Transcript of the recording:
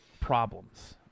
problems